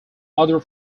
other